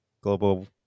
Global